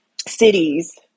cities